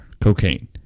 cocaine